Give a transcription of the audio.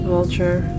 Vulture